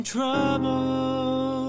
trouble